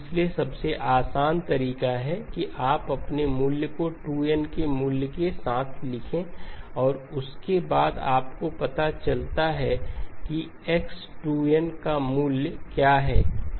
इसलिए सबसे आसान तरीका है कि आप अपने मूल्य को 2n के मूल्य के साथ लिखें और उसके बाद आपको पता चलता है कि x 2n का मूल्य क्या है